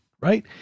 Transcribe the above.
right